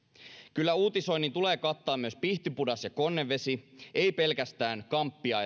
kyllä uutisoinnin tulee kattaa myös pihtipudas ja konnevesi ei pelkästään kamppia